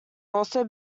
also